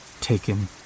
Taken